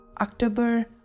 October